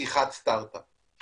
פתיחת סטארט אפ.